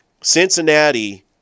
Cincinnati